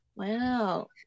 Wow